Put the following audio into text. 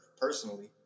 personally